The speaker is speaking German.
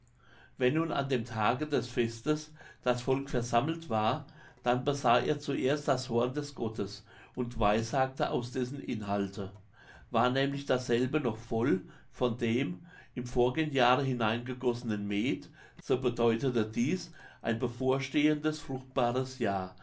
wenn nun an dem tage des festes das volk versammelt war dann besah er zuerst das horn des gottes und weissagte aus dessen inhalte war nämlich dasselbe noch voll von dem im vorigen jahre hineingegossenen meth so bedeutete dieß ein bevorstehendes fruchtbares jahr